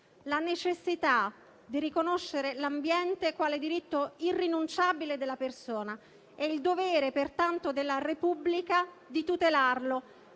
la necessità di riconoscere l'ambiente quale diritto irrinunciabile della persona e il dovere pertanto della Repubblica di tutelarlo,